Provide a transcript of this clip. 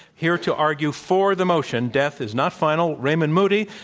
here to argue for the motion, death is not final, raymond moody.